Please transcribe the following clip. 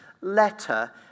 letter